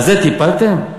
בזה טיפלתם?